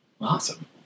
Awesome